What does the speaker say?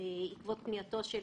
אנחנו נמשיך את הוויכוח הזה.